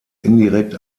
indirekt